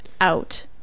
out